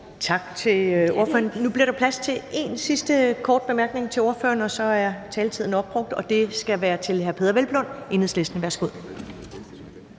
Tak til ordføreren. Nu bliver der plads til en sidste kort bemærkning til ordføreren, og så er taletiden opbrugt. Værsgo til hr. Peder Hvelplund, Enhedslisten. Kl.